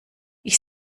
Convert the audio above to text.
ich